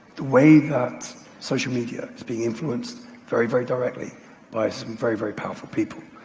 way that social media is being influenced very, very directly by some very, very powerful people.